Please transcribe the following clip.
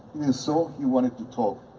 so, he wanted to talk.